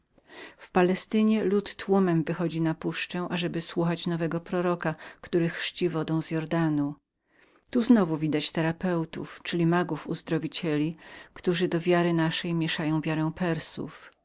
palestynie lud tłumem wychodzi na puszczę ażeby słuchać nowego proroka który chrzci wodą z jordanu tu znowu widzicie therapeutów czyli uzdrowicielów magów którzy do naszej mieszają wiarę